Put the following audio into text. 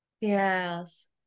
Yes